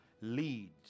leads